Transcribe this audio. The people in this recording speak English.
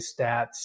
stats